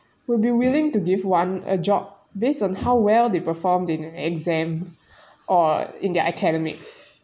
will be willing to give one a job based on how well they performed in exam or in their academics